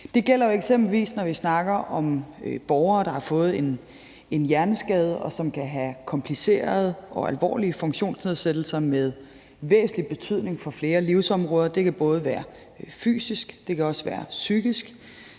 Det gælder eksempelvis, når vi snakker om borgere, der har fået en hjerneskade, og som kan have komplicerede og alvorlige funktionsnedsættelser med væsentlig betydning for flere livsområder. Det kan være både fysisk og psykisk,